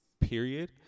period